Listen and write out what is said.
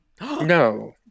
No